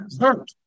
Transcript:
Hurt